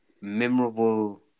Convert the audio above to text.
memorable